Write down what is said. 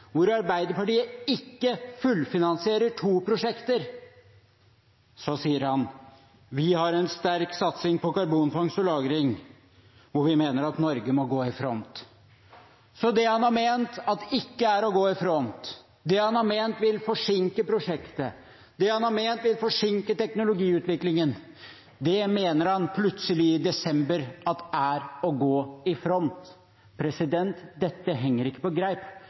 hvor Arbeiderpartiet ikke fullfinansierer to prosjekter, sier han: «Vi har en sterk satsing på karbonfangst og -lagring, hvor vi mener at Norge må gå i front.» Så det han har ment at ikke er å gå i front, det han har ment vil forsinke prosjektet, det han har ment vil forsinke teknologiutviklingen, mente han i desember at er å gå i front. Dette henger ikke på greip.